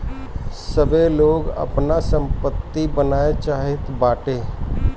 सबै लोग आपन सम्पत्ति बनाए चाहत बाटे